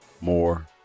more